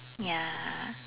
ya